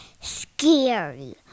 scary